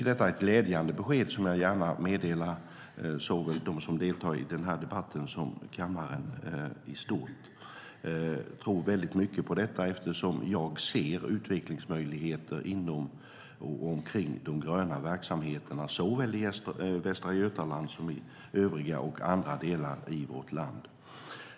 Det är ett glädjande besked som jag gärna meddelar såväl dem som deltar i debatten som kammaren i stort. Jag tror mycket på detta eftersom jag ser utvecklingsmöjligheter inom och omkring de gröna verksamheterna såväl i Västra Götaland som i övriga delar av vårt land.